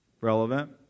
relevant